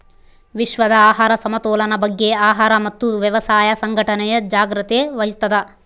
ವಿಶ್ವದ ಆಹಾರ ಸಮತೋಲನ ಬಗ್ಗೆ ಆಹಾರ ಮತ್ತು ವ್ಯವಸಾಯ ಸಂಘಟನೆ ಜಾಗ್ರತೆ ವಹಿಸ್ತಾದ